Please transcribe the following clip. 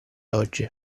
oggi